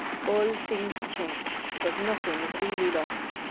all things change, but nothing is really lost.